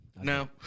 no